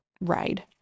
ride